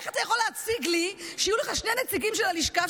איך אתה יכול להציג לי שיהיו לך שני נציגים של הלשכה,